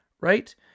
right